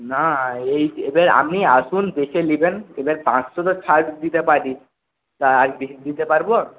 না এই এবার আপনি আসুন দেখে নেবেন এবারে পাঁচশো তো ছাড় দিতে পারি তার বেশি দিতে পারবো